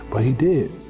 but he did,